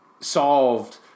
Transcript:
solved